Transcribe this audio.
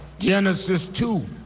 genesis two